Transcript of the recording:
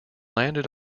landed